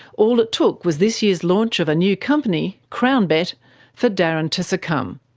all it took was this year's launch of a new company crownbet for darren to succumb.